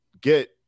get